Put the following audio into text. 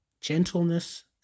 gentleness